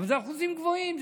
אבל אלה אחוזים גבוהים,